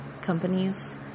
companies